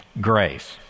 grace